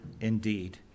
indeed